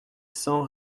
cent